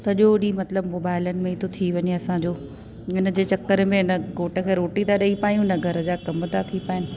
सॼो ॾींहुं मतिलबु मोबाइलनि में ई थो थी वञे असांजो इनजे चक्कर में न घोठ खे रोटी त ॾेई पायूं न घर जा कम त थिए पाइनि